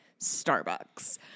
Starbucks